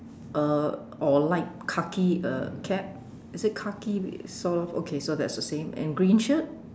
uh or light khaki uh cap is it khaki with soft okay so that's the same and green shirt